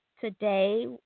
today